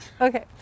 Okay